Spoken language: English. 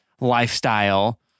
lifestyle